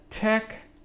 tech